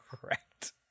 correct